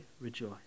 rejoice